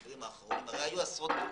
היו עשרות מקרים.